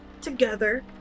together